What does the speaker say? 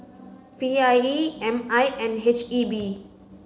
P I E M I and H E B